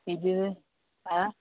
बिदि अ